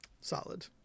Solid